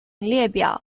列表